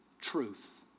truth